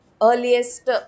earliest